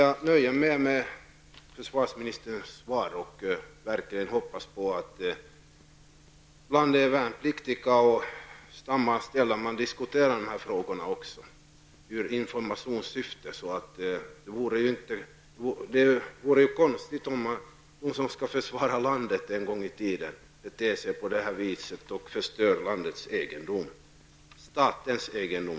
Jag är nöjd med försvarsministerns svar och hoppas verkligen att man bland de värnpliktiga och stamanställda diskuterar dessa frågor i informationssyfte. Det vore konstigt om de som en gång i framtiden skall försvara landet skall på det här sättet förstöra statens egendom.